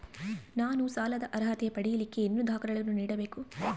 ನಾನು ಸಾಲದ ಅರ್ಹತೆ ಪಡಿಲಿಕ್ಕೆ ಏನೇನು ದಾಖಲೆಗಳನ್ನ ನೇಡಬೇಕು?